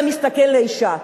ומסתכל על האשה.